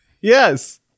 Yes